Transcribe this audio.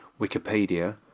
Wikipedia